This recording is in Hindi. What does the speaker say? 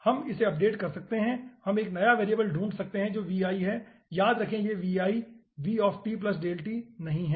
हम इसे अपडेट कर सकते हैं या हम एक नया वेरिएबल ढूंढ सकते हैं जो है याद रखें कि यह नहीं है